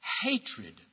hatred